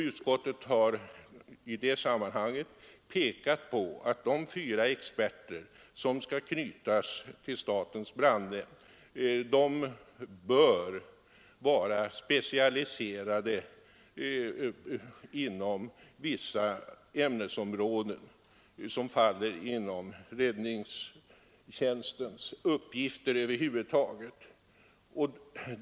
Utskottet har i detta sammanhang pekat på att de fyra experter som skall knytas till statens brandnämnd bör vara specialiserade inom vissa ämnesområden som anknyter till räddningstjänstens olika uppgifter.